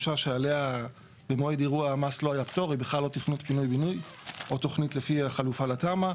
שעליה --- או תוכנית לפי החלופה לתמ"א,